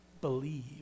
believe